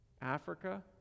Africa